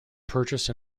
purchase